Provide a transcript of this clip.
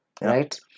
right